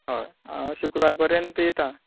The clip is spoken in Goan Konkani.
हय शुक्ररार परेंत येता